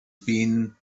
been